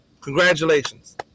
congratulations